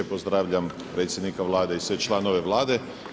Pozdravljam predsjednika Vlade i sve članove Vlade.